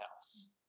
house